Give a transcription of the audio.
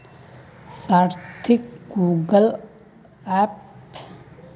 सार्थकक Google Pay account बनव्वा हामी सीखइ दीमकु